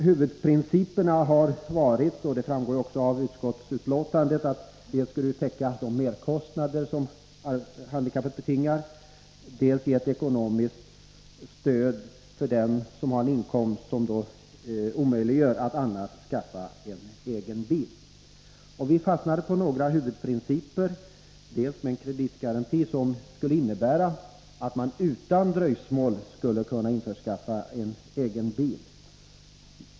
Huvudprinciperna har varit — och det framgår också av utskottsbetänkandet — att bidraget dels skulle täcka de merkostnader som handikappet betingar, dels ge ett ekonomiskt stöd till dem som har en inkomst av en storleksordning som omöjliggör anskaffandet av en egen bil. Utifrån några huvudprinciper föreslog vi bl.a. en kreditgaranti som skulle innebära att den handikappade utan dröjsmål skulle kunna införskaffa en egen bil.